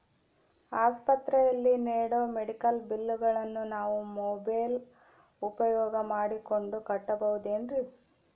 ಆಸ್ಪತ್ರೆಯಲ್ಲಿ ನೇಡೋ ಮೆಡಿಕಲ್ ಬಿಲ್ಲುಗಳನ್ನು ನಾವು ಮೋಬ್ಯೆಲ್ ಉಪಯೋಗ ಮಾಡಿಕೊಂಡು ಕಟ್ಟಬಹುದೇನ್ರಿ?